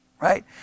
Right